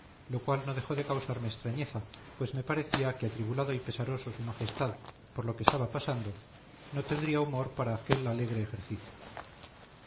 lo cual no dejó de causarme extrañeza pues me parecía que atribulado y pesaroso s m por lo que estaba pasando no tendría humor para aquel alegre ejercicio